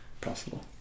possible